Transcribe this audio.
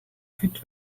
fit